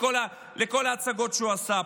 לכל ההצגות שהוא עשה פה.